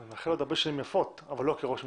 מאחל לו עוד הרבה שנים יפות, אבל לא כראש ממשלה.